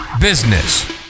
business